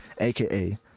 aka